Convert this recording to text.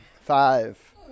Five